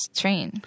train